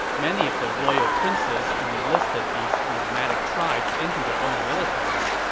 many of the royal princes enlisted these nomadic tribes into their own military.